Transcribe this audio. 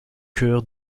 chœur